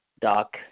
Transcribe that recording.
doc